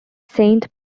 saint